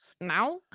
now